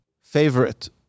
favorite